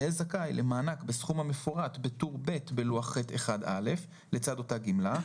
יהא זכאי למענק בסכום המפורט בטור ב' בלוח ח'1א לצד אותה גמלה,